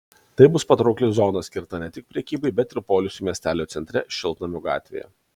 tai bus patraukli zona skirta ne tik prekybai bet ir poilsiui miestelio centre šiltnamių gatvėje